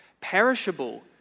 perishable